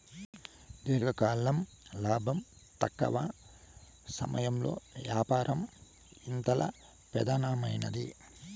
దీర్ఘకాలం లాబం, తక్కవ సమయంలో యాపారం ఇందల పెదానమైనవి